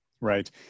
Right